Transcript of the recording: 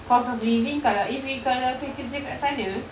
cost of living kalau if we kalau kita kerja kat sana